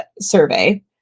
survey